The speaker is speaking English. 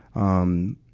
um,